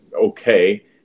okay